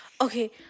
Okay